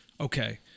okay